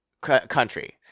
country